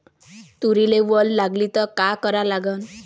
तुरीले वल लागली त का करा लागन?